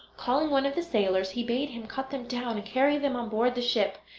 calling one of the sailors, he bade him cut them down, and carry them on board the ship.